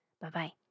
Bye-bye